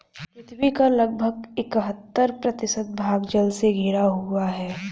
पृथ्वी का लगभग इकहत्तर प्रतिशत भाग जल से घिरा हुआ है